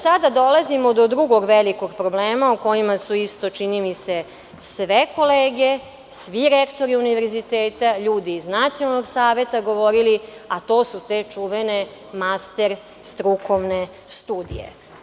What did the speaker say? Sada dolazimo do drugog velikog problema o kojima su isto, čini mi se, sve kolege, svi rektori univerziteta, ljudi iz nacionalnog saveta govorili, a to su te čuvene master strukovne studije.